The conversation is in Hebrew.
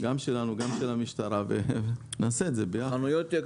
גם שלנו וגם של המשטרה ונעשה זאת ביחד.